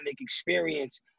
experience